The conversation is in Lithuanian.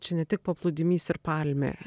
čia ne tik paplūdimys ir palmė